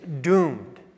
doomed